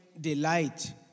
delight